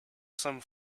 some